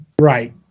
Right